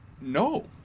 no